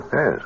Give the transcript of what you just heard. Yes